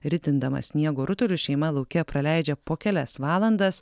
ritindama sniego rutulius šeima lauke praleidžia po kelias valandas